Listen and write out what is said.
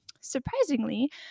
Surprisingly